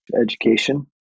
education